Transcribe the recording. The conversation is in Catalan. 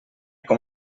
com